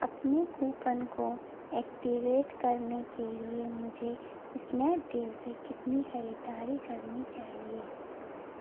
अपने कूपन को एक्टिवेट करने के लिए मुझे इस्नैपडील से कितनी खरीदारी करनी चाहिए